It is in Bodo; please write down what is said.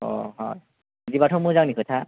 हा बिदिबा थ' मोजांनि खोथा